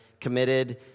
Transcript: committed